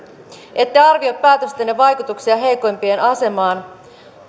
ette arvioi päätöstenne vaikutuksia heikoimpien asemaan